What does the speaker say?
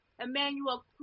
Emmanuel